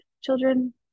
children